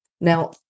Now